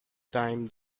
time